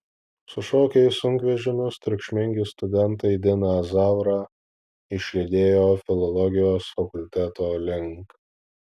sušokę į sunkvežimius triukšmingi studentai diną zaurą išlydėjo filologijos fakulteto link